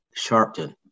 Sharpton